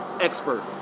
expert